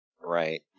Right